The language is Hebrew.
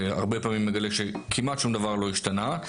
הרבה פעמים מגלה שכמעט שום דבר לא השתנה.